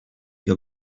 your